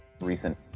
recent